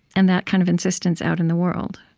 and that kind of insistence out in the world